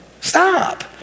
Stop